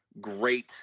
great